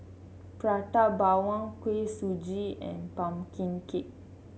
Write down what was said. Prata Bawang Kuih Suji and pumpkin cake